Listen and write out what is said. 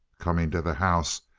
coming to the house,